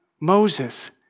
Moses